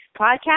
podcast